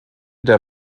der